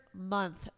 month